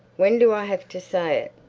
when do i have to say it?